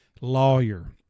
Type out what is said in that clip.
lawyer